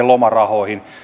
lomarahoihin